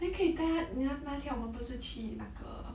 then 可以带他那那天我们不是去那个